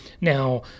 Now